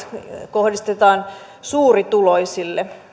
kohdistetaan suurituloisille